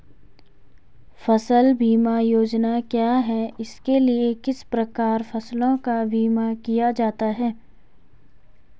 फ़सल बीमा योजना क्या है इसके लिए किस प्रकार फसलों का बीमा किया जाता है?